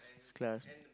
class